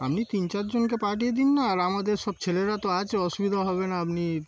আপনি তিন চারজনকে পাঠিয়ে দিন না আর আমাদের সব ছেলেরা তো আছে অসুবিধা হবে না আপনি